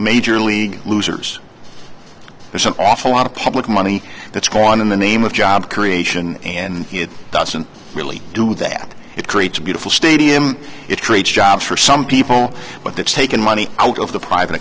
major league losers there's an awful lot of public money that's gone in the name of job creation and it doesn't really do that it creates beautiful stadium it creates jobs for some people but it's taken money out of the